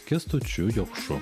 kęstučiu jokšu